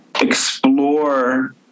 explore